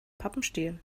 pappenstiel